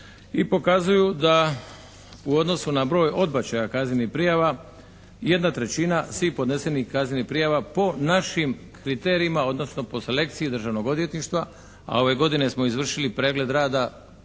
i pokazuju da u odnosu na broj odbačaja kaznenih prijava 1/3 svih podnesenih kaznenih prijava po našim kriterijima odnosno po selekciji državnog odvjetništva, a ove godine smo izvršili pregled rada